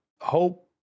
hope